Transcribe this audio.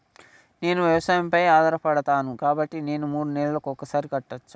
నేను వ్యవసాయం పై ఆధారపడతాను కాబట్టి నేను మూడు నెలలకు ఒక్కసారి కట్టచ్చా?